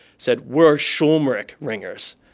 said, we're schulmerich ringers,